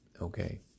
Okay